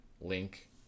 Link